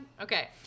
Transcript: Okay